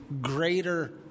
greater